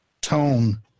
tone